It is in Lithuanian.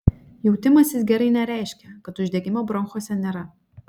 jautimasis gerai nereiškia kad uždegimo bronchuose nėra